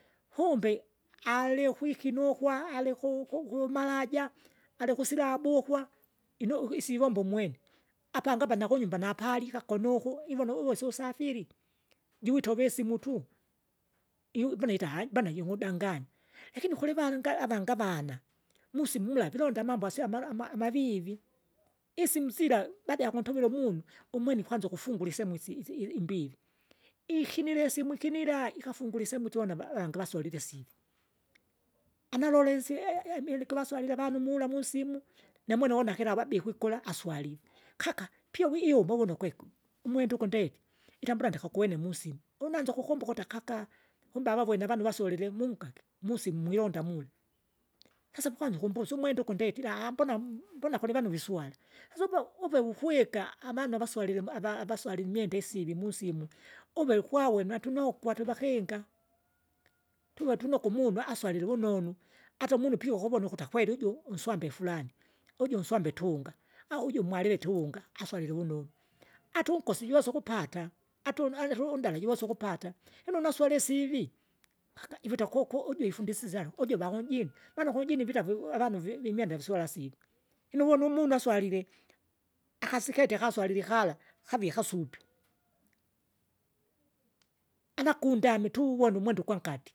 Kumbe aliukwi kinukwa alikuku kuvumalaja, alikusilabukwa, inoukisi ivomba umwene, apange apa nakunymba napalika kunoku ivona uve susafiri, juwitove isimu tu, i- vona itaha bana jikudanganya, lakini kulivalanga avange avana, musimu mula jilonda amambo asio amala amwa amavivi. Isimu sila baada jakuntuvila umunu umwene ikwanza ukufungura isehemu isemu isi- isi- imbivi, ikinile isimu ikinila ikafungure isemu sivona ava avange vasolile isivi. Analolesye imiene givaswalile avanu mula musimu, namwene ona kilawu abie kwikula kwikula aswalile, kaka piu wiyuma uvunu kwiku, umwenda ukundeti, itambula ndikakwene musimu, unanza ukukumba akuta kaka, kumbe avavyene avanu vasolile munkaki, musimu mwilonda mula. Hasa vikwanda ukumbusa umwenda ukundetire mbona mbona kulivanu viswala, sasa bura uve vukwika, amanu avaswalile ama ava avaswalile imwenda isiri musimu. Uve ukwawe natunokwa twevakinga, tuwe tunokwa tunokwa umunu awsalile vunonu, ata umunu pia ukuvona ukuta kweli uju, unwambe furani, uju unswambe tunga, au uju malive tunga, aswalile vunonu, ata unkosi josa ukupata, atunali atundala juvosa ukupapa, lino naswale isivi ikuta akuku uju ifundisisyaga, uju vakunjini, maana kunjini vita vi avanu vi vimwenda viswala sive. Lino uvona umunu aswalile, akasiketie akaswalili kala, kavie kasupi. Anakundame tu uwona umwenda ugwankati.